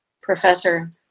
professor –